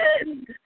end